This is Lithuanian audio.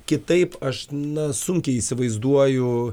kitaip aš na sunkiai įsivaizduoju